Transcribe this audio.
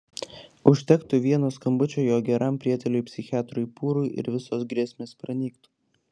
užtektų vieno skambučio jo geram prieteliui psichiatrui pūrui ir visos grėsmės pranyktų